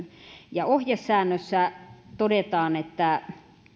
ja ohjesäännössä todetaan että